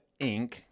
Inc